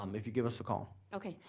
um if you give us a call. okay,